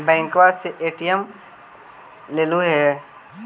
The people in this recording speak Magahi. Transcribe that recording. बैंकवा से ए.टी.एम लेलहो है?